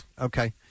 Okay